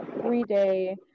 three-day